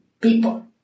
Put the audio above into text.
people